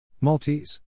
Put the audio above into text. Maltese